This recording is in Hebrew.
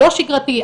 לא שגרתי,